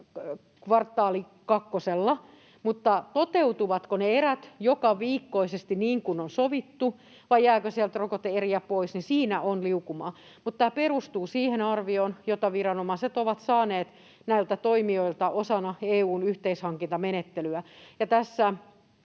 Mutta siinä, toteutuvatko ne erät jokaviikkoisesti niin kuin on sovittu vai jääkö sieltä rokote-eriä pois, on liukumaa. Tämä perustuu siihen arvioon, jota viranomaiset ovat saaneet näiltä toimijoilta osana EU:n yhteishankintamenettelyä.